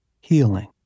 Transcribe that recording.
healing